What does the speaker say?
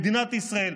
מדינת ישראל.